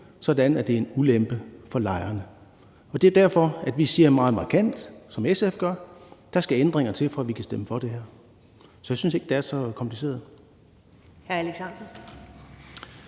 sådan at det er en ulempe for lejerne. Det er derfor, vi siger meget markant, som SF også gør, at der skal ændringer til, for at vi kan stemme for det her. Så jeg synes ikke, det er så kompliceret.